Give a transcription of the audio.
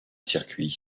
circuit